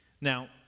Now